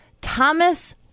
Thomas